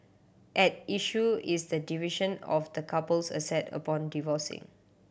at issue is the division of the couple's asset upon divorcing